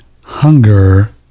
hunger